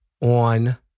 on